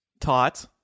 Taught